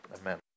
Amen